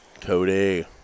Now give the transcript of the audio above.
Cody